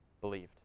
believed